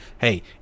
Hey